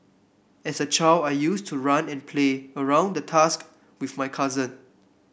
as a child I used to run and play around the tusk with my cousins